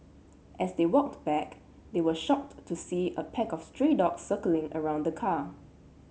as they walked back they were shocked to see a pack of stray dogs circling around the car